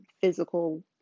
physical